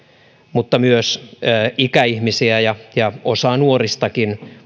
mutta myös ikäihmisiä ja ja osaa nuoristakin